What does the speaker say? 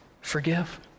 Forgive